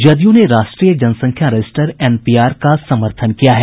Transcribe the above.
जदयू ने राष्ट्रीय जनसंख्या रजिस्टर एनपीआर का समर्थन किया है